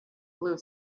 blue